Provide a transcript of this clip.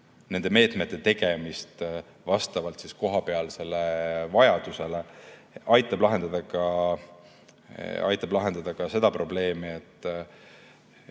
nende meetmete tegemist vastavalt kohapealsele vajadusele, aitab lahendada ka sellist probleemi: